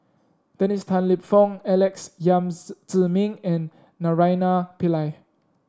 Dennis Tan Lip Fong Alex Yam Ziming and Naraina Pillai